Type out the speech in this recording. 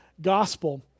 gospel